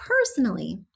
personally